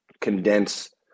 condense